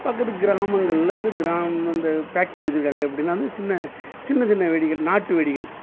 பக்கத்து கிராமங்கள்லருந்து கிராம அந்த ஃபேக்ட்ரி வச்சுருக்காங்க எப்படின்னா வந்து சின்ன சின்ன சின்ன வெடிகள் நாட்டு வெடிகள்